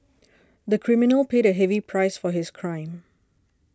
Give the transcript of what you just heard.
the criminal paid a heavy price for his crime